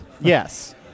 Yes